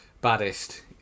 baddest